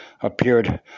appeared